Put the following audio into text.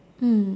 mm